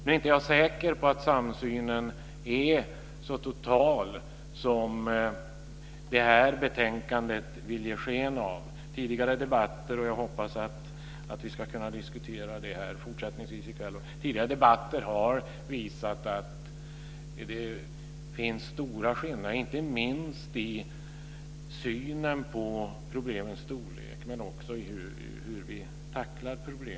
Nu är jag inte säker på att samsynen är så total som det här betänkandet vill ge sken av. Och jag hoppas att vi ska kunna diskutera det fortsättningsvis i kväll. Tidigare debatter har visat att det finns stora skillnader, inte minst när det gäller synen på problemens storlek men också när det gäller hur vi tacklar problemen.